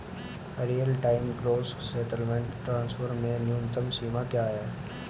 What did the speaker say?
Real time gross settlement transfer में न्यूनतम सीमा क्या है?